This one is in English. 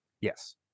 Yes